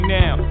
now